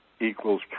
equals